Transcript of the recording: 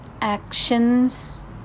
actions